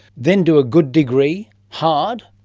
then do a good degree hard.